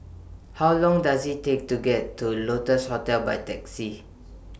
How Long Does IT Take to get to Lotus Hotel By Taxi